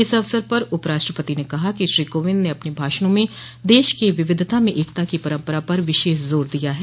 इस अवसर पर उप राष्ट्रपति ने कहा कि श्री कोविंद ने अपने भाषणों में देश की विविधता में एकता की परम्परा पर विशेष जोर दिया है